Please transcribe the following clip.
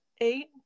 eight